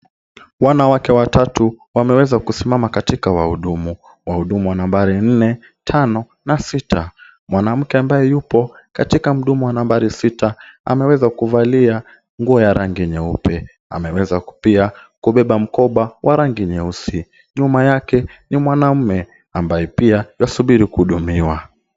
Wawake watatu wameweza kusimama katika wahudumu, wahudumu wa nambari nne, tano, na sita. Mwanamke ambaye yupo katika mhudumu wa nambari sita ameweza kuvalia nguo ya rangi nyeupe. Ameweza pia kubeba mkoba wa rangi nyeusi. Nyuma yake ni mwanamume ambaye pia ywasubiri kuhudumiwa.